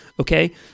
okay